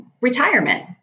retirement